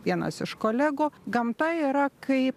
vienas iš kolegų gamta yra kaip